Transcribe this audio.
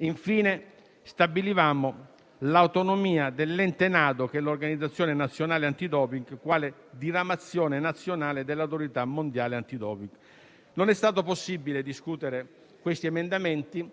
Infine, stabilivamo l'autonomia dell'Organizzazione nazionale antidoping (NADO), quale diramazione nazionale dell'Autorità mondiale antidoping. Non è stato possibile discutere questi emendamenti